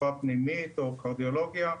רפואה פנימית או קרדיולוגיה.